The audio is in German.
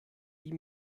die